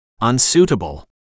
Unsuitable